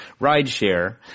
rideshare